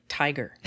tiger